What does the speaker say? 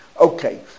Okay